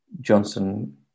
Johnson